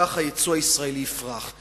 כך היצוא הישראלי יפרח.